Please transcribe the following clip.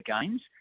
games